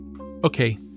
Okay